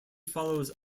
follows